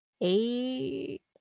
eight